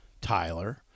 Tyler